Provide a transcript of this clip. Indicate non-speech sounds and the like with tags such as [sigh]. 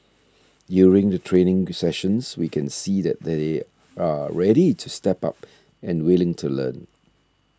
during the training [noise] sessions we can see that they're ready to step up and willing to learn